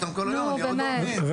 איזה אינטרס יש